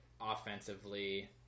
offensively